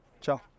Ciao